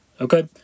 Okay